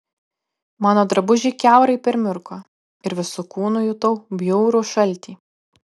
mano drabužiai kiaurai permirko ir visu kūnu jutau bjaurų šaltį